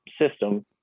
system